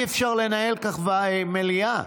אי-אפשר לנהל כך מליאה.